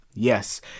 Yes